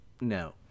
no